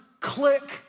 Click